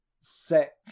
set